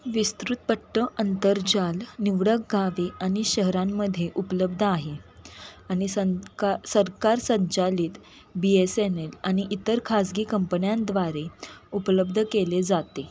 विस्तृतपट्ट अंतर्जाल निवडक गावे आणि शहरांमध्ये उपलब्ध आहे आणि संका सरकार संचालित बी एस एन एल आणि इतर खाजगी कंपन्याद्वारे उपलब्ध केले जाते